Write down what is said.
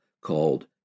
called